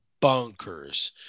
bonkers